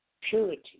purity